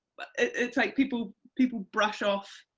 it's like people people brush off,